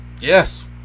Yes